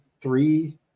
three –